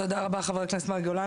תודה רבה, חברת הכנסת מאי גולן.